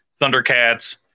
thundercats